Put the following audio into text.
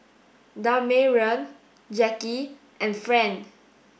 Damarion Jackie and Fran